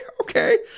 okay